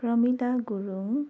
Pramila Gurung